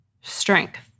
strength